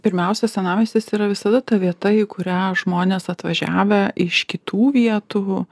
pirmiausia senamiestis yra visada ta vieta į kurią žmonės atvažiavę iš kitų vietų